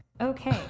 Okay